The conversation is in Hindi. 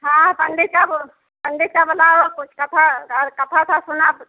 हाँ पंडित का वो पंडित का बताओ कुछ कथा अर कथा अथा सुना कुछ